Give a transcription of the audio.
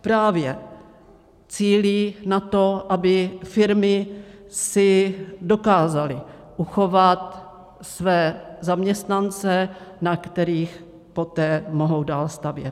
Kurzarbeit cílí právě na to, aby firmy si dokázaly uchovat své zaměstnance, na kterých poté mohou dál stavět.